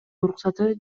уруксаты